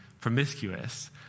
promiscuous